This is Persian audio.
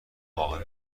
واقع